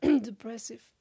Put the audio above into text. depressive